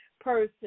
person